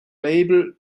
label